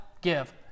give